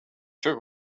took